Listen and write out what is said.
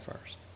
first